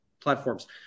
platforms